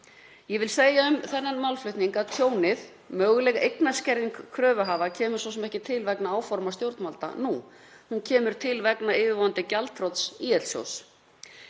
Ég vil segja um þennan málflutning að tjónið, möguleg eignaskerðing kröfuhafa, kemur svo sem ekki til vegna áforma stjórnvalda nú. Hún kemur til vegna yfirvofandi gjaldþrots ÍL-sjóðs.